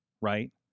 right